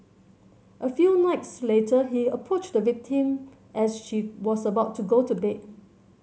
a few nights later he approached the victim as she was about to go to bed